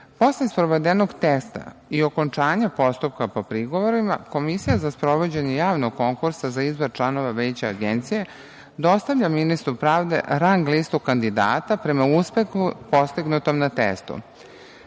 sprovedenog testa i okončanja postupka po prigovorima, Komisija za sprovođenje javnog konkursa za izbor članova Veća Agencije dostavlja ministru pravde rang listu kandidata prema uspehu postignutom na